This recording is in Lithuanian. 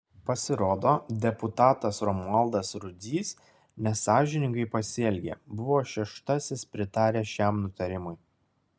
pasirodo deputatas romualdas rudzys nesąžiningai pasielgė buvo šeštasis pritaręs šiam nutarimui